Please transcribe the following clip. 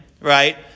right